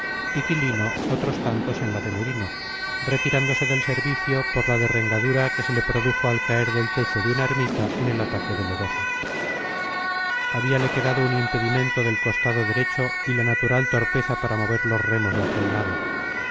quilino otros tantos en la de merino retirándose del servicio por la derrengadura que se le produjo al caer del techo de una ermita en el ataque de lodosa habíale quedado un impedimento del costado derecho y la natural torpeza para mover los remos de aquel lado